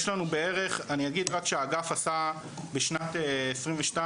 יש לנו בערך, אני אגיד רק שהאגף עשה בשנת 22,